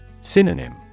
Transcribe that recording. Synonym